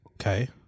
Okay